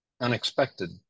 unexpected